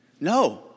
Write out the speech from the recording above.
No